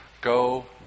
go